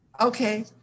Okay